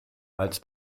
als